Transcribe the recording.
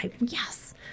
yes